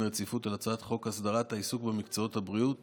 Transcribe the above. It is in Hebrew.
רציפות היא הצעת חוק הסדרת העיסוק במקצועות הבריאות